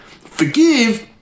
Forgive